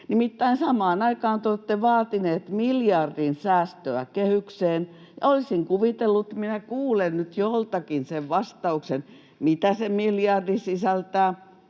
samaan aikaan te olette vaatineet miljardin säästöä kehykseen, ja olisin kuvitellut... Minä kuulen nyt joltakin sen vastauksen, mitä se miljardi sisältää.